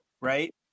right